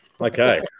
Okay